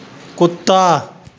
कुत्ता